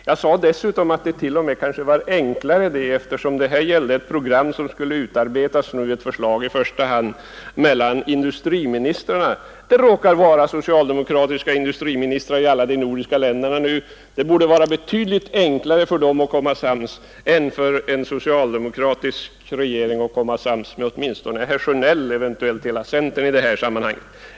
Jag sade dessutom att det kanske t.o.m. var enklare att få till stånd ett gemensamt nordiskt program. I första hand gäller det nämligen för industriministrarna att utarbeta ett förslag, och det råkar vara socialdemokratiska industriministrar i alla de nordiska länderna nu. Det borde vara betydligt enklare för dem att komma sams än för en socialdemokratisk regering att komma sams med herr Sjönell eller eventuellt hela centern i det här sammanhanget.